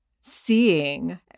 seeing